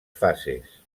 fases